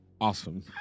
awesome